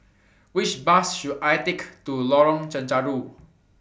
Which Bus should I Take to Lorong Chencharu